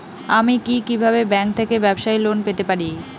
আমি কি কিভাবে ব্যাংক থেকে ব্যবসায়ী লোন পেতে পারি?